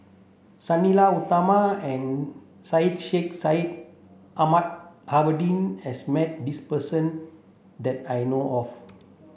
Sang Nila Utama and Syed Sheikh Syed Ahmad Al has met this person that I know of